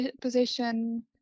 position